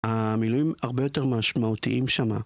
המילואים הרבה יותר משמעותיים שמה.